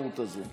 התחרות הזאת.